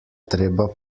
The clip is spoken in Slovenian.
treba